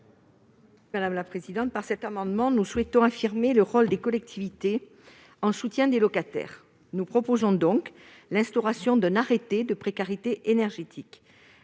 Varaillas. Par cet amendement, nous souhaitons affirmer le rôle des collectivités en soutien des locataires. Nous proposons donc l'instauration d'un arrêté de précarité énergétique.